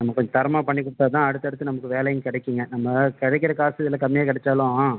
நம்ம கொஞ்சம் தரமாக பண்ணிக் கொடுத்தா தான் அடுத்தடுத்து நமக்கு வேலையும் கிடைக்குங்க நம்ம கிடைக்குற காசு இதில் கம்மியாக கிடச்சாலும்